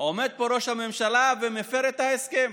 עומד פה ראש הממשלה ומפר את ההסכם.